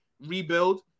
rebuild